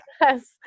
yes